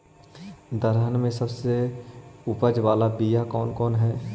दलहन में सबसे उपज बाला बियाह कौन कौन हइ?